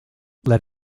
led